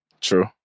True